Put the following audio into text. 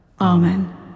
Amen